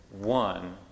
one